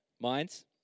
minds